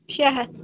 شےٚ ہتھ